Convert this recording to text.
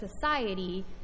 society